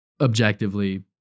objectively